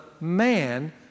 man